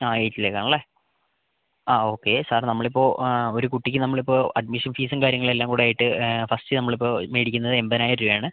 ആ എയിറ്റ്ത്തിലേക്ക് ആണല്ലേ ആ ഓക്കേ സാർ നമ്മളിപ്പോ ആ ഒരു കുട്ടിക്ക് നമ്മളിപ്പോ അഡ്മിഷൻ ഫീസും കാര്യങ്ങളും എല്ലാം കൂടെ ആയിട്ട് ഫസ്റ്റ് നമ്മള് ഇപ്പോ മേടിക്കിന്നത് എൺപതിനായിരം രൂപയാണ്